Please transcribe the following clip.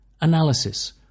Analysis